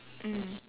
mm